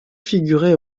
figurait